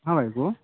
ହଁ ଭାଇ କୁହ